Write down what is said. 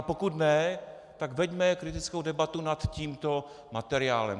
Pokud ne, tak veďme kritickou debatu nad tímto materiálem.